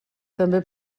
també